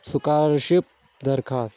scholarship درخوٛاست